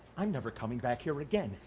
i'm never coming back here again.